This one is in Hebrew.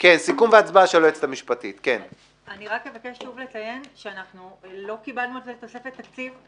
אני רק אבקש שוב לציין שאנחנו לא קיבלנו על זה תוספת תקציב.